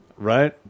Right